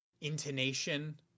intonation